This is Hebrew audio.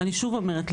אני שוב אומרת,